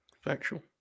factual